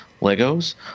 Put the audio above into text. Legos